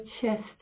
chest